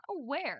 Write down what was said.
aware